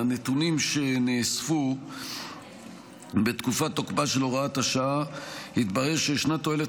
מהנתונים שנאספו בתקופת תוקפה של הוראת השעה התברר שישנה תועלת